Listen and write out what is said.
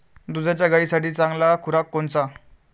दुधाच्या गायीसाठी चांगला खुराक कोनचा?